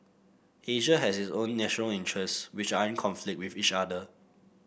Asia has its own national interests which are in conflict with each other